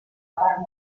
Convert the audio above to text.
part